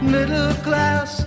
Middle-class